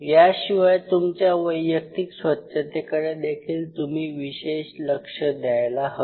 याशिवाय तुमच्या वैयक्तिक स्वच्छतेकडे देखील तुम्ही विशेष लक्ष द्यायला हवे